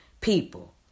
people